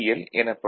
L எனப்படும்